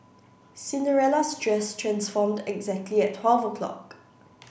Cinderella's dress transformed exactly at twelve o'clock